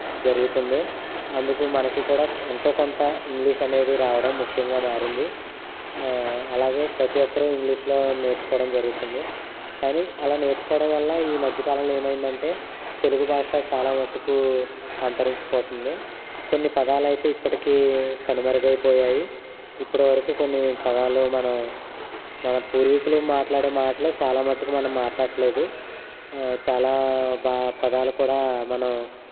జరుగుతుంది అందుకు మనకి కూడా ఎంతో కొంత ఇంగ్లీష్ అనేది రావడం ముఖ్యంగా మారింది అలాగే ప్రతి ఒక్కరూ ఇంగ్లీషులో నేర్చుకోవడం జరుగుతుంది కానీ అలా నేర్చుకోవడం వల్ల ఈ మధ్యకాలంలో ఏమైందంటే తెలుగు భాష చాలా మటుకు అంతరించిపోతుంది కొన్ని పదాలు అయితే ఇప్పటికీ కనుమరుగైపోయాయి ఇప్పటివరకు కొన్ని పదాలు మనం మన పూర్వీకులు మాట్లాడే మాటలు చాలా మటుకు మనం మాట్లాడటం లేదు చాలా పదాలు కూడా మనం